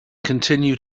continued